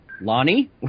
Lonnie